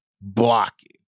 blocking